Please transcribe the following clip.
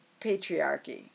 patriarchy